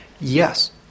Yes